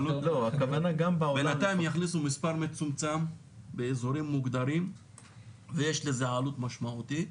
בינתיים יכניסו מספר מצומצם באזורים מוגדרים ויש לזה עלות משמעותית,